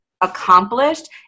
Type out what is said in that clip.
accomplished